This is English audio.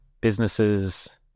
businesses